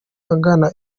agana